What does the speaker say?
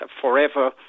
forever